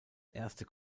erste